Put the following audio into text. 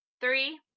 Three